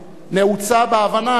נעוצה בהבנה הזאת.